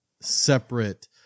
separate